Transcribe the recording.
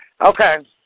Okay